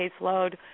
caseload